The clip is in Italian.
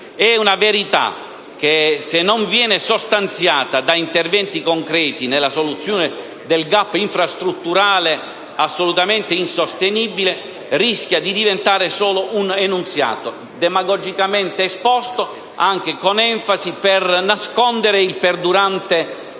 È una verità che, se non viene sostanziata da interventi concreti nella soluzione del *gap* infrastrutturale, assolutamente insostenibile, rischia di diventare solo un enunziato, demagogicamente esposto, anche con enfasi, per nascondere il perdurante stato